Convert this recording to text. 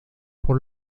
por